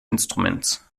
instruments